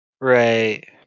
right